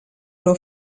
però